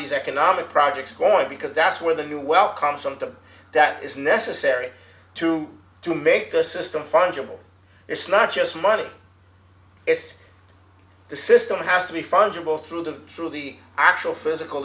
these economic projects going because that's where the new wealth comes from to that is necessary to to make the system fungible it's not just money it's the system has to be fungible through the through the actual physical